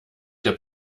der